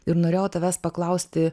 ir norėjau tavęs paklausti